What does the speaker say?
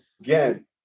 again